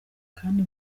kandi